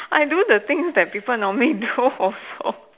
I do the things that people normally do also